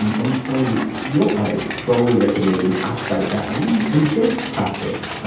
and so what i strongly recommend is update that one. and best practise,